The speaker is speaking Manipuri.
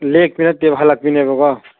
ꯂꯦꯛꯄꯤ ꯅꯠꯇꯦ ꯍꯜꯂꯛꯄꯤꯅꯦꯕꯀꯣ